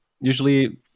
Usually